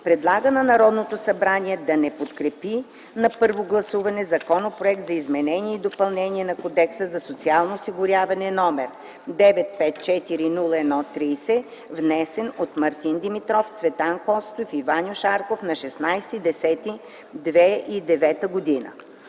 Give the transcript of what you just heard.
Предлага на Народното събрание да не подкрепи на първо гласуване Законопроект за изменение и допълнение на Кодекса за социално осигуряване № 954-01-30, внесен от Мартин Димитров, Цветан Костов и Ваньо Шарков на 16 октомври